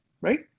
right